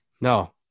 no